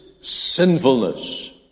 sinfulness